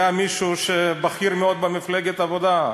זה היה מישהו בכיר מאוד במפלגת העבודה.